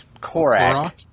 Korak